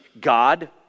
God